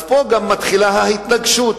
פה גם מתחילה ההתנגשות.